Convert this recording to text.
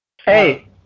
Hey